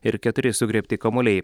ir keturi sugriebti kamuoliai